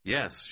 Yes